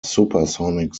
supersonic